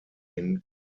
den